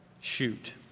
shoot